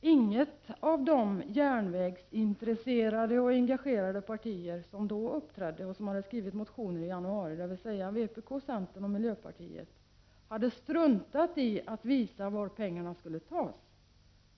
Inte något av de järnvägsintresserade och engagerade partier som då uppträdde och som hade väckt motioner i dessa frågor i januari, dvs. vpk, centern och miljöpartiet, hade struntat i att visa var pengarna skulle tas.